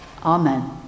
amen